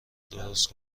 درست